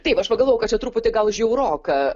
taip aš pagalvojau kad čia truputį gal žiauroka